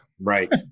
Right